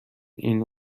این